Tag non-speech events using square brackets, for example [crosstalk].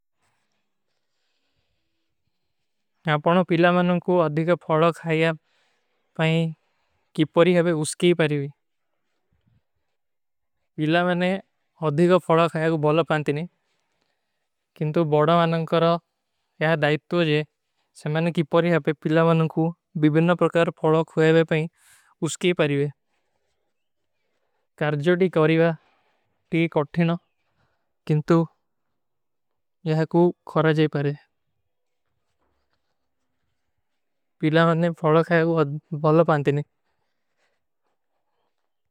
ଆପନୋଂ ପିଲାମାନୋଂ କୋ ଅଧିକା ଫଡା ଖାଯା ପାଈ କିପରୀ ହାବେ ଉସକୀ ହୀ ପାରିଵେ। [hesitation] ପିଲାମାନେ ଅଧିକା ଫଡା ଖାଯା କୋ ବଲା ପାନତେନେ। ପିଲାମାନେ ଅଧିକା ଫଡା ଖାଯା କୋ ବଲା ପାନତେନେ।